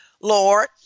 Lord